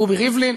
רובי ריבלין,